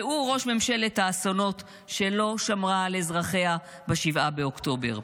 והוא ראש ממשלת האסונות שלא שמרה על אזרחיה ב-7 באוקטובר.